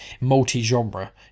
multi-genre